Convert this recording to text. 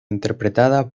interpretada